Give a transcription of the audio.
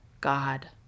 God